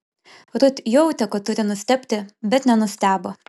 rut jautė kad turi nustebti bet nenustebo